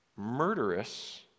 murderous